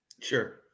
Sure